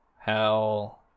Hell